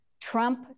Trump